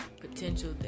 potential